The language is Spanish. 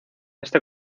este